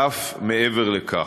ואף מעבר לכך.